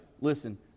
listen